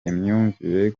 imyumvire